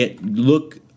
Look –